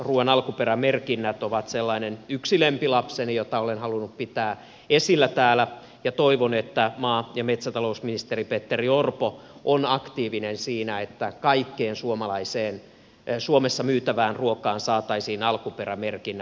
ruuan alkuperämerkinnät ovat sellainen yksi lempilapseni jota olen halunnut pitää esillä täällä ja toivon että maa ja metsätalousministeri petteri orpo on aktiivinen siinä että kaikkeen suomalaiseen suomessa myytävään ruokaan saataisiin alkuperämerkinnät